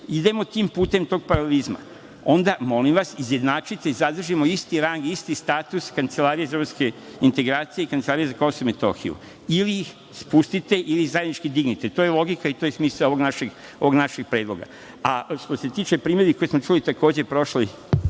idemo tim putem, tog paralizma, onda, molim vas, izjednačite i zadržimo isti rang i status Kancelarije za evropske integracije i Kancelarije za Kosovo i Metohiju. Ili ih spustite ili ih zajednički dignite. To je logika i to je smisao ovog našeg predloga. Što se tiče primedbi koje smo čuli na prošlom